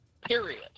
period